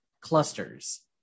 clusters